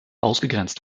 ausgegrenzt